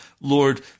Lord